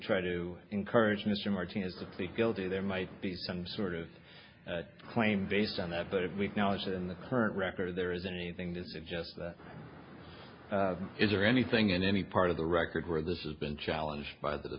try to encourage mr martinez to plead guilty there might be some sort of claim based on that but with knowledge in the current record there isn't anything to suggest is there anything in any part of the record where this has been challenged by the